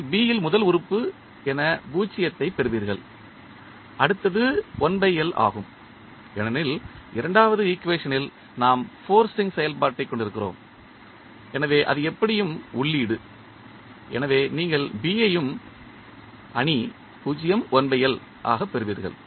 நீங்கள் B ல் முதல் உறுப்பு என 0 ஐப் பெறுவீர்கள் அடுத்தது ஆகும் ஏனெனில் இரண்டாவது ஈக்குவேஷனில் நாம் ஃபோர்ஸிங் செயல்பாட்டைக் கொண்டிருக்கிறோம் எனவே அது எப்படியும் உள்ளீடு எனவே நீங்கள் B ஐயும் ஆக பெறுவீர்கள்